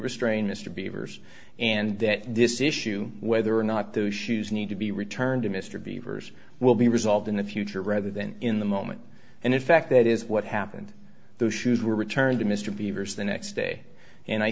restrained mr beaver's and that this issue whether or not those shoes need to be returned to mr beaver's will be resolved in the future rather than in the moment and in fact that is what happened those shoes were returned to mr beaver's the next day and i